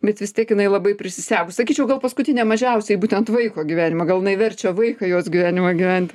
bet vis tiek jinai labai prisisegus sakyčiau gal paskutinė mažiausiai būtent vaiko gyvenimą gal jinai verčia vaiką jos gyvenimą gyvent